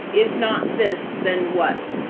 if not this then watt.